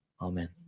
Amen